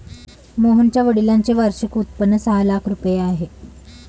मोहनच्या वडिलांचे वार्षिक उत्पन्न सहा लाख रुपये आहे